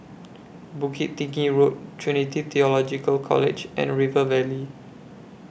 Bukit Tinggi Road Trinity Theological College and River Valley